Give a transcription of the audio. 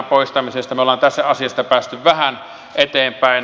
me olemme tässä asiassa päässeet vähän eteenpäin